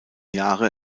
jahre